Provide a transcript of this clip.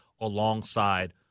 alongside